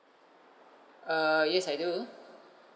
err yes I do